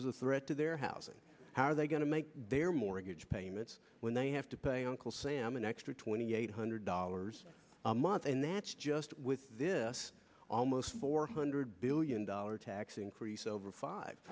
was a threat to their housing how are they going to make their mortgage payments when they have to pay uncle sam an extra twenty eight hundred dollars a month and that's just with this almost four hundred billion dollar tax increase over five